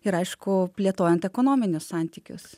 ir aišku plėtojant ekonominius santykius